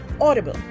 Audible